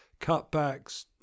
cutbacks